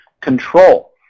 control